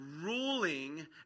ruling